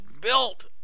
built